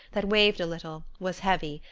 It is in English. that waved a little, was heavy,